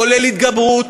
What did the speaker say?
כולל התגברות,